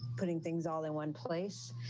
putting things all in one place.